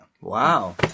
Wow